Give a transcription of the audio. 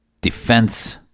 defense